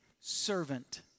servant